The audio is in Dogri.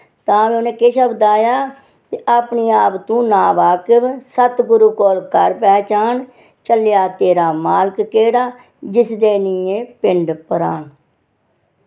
तां नु नै किश अपदाया ते अपने आप तू नां बाकिफ सतगुरु कोल कर पैहचान झल्लेआ तेरा मालक केह्ड़ा जिस देनी ऐ पिंड प्राण